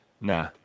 Nah